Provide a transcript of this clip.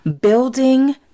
building